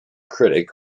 critic